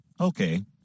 Okay